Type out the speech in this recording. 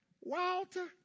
Walter